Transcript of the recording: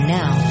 now